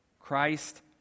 Christ